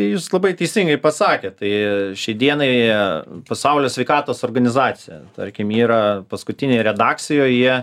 jūs labai teisingai pasakėt tai šiai dienai pasaulio sveikatos organizacija tarkim yra paskutinėj redakcijoj jie